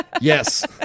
Yes